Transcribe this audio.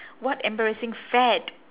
what embarrassing fad